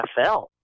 NFL